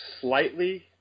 slightly